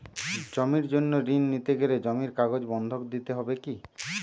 জমির জন্য ঋন নিতে গেলে জমির কাগজ বন্ধক দিতে হবে কি?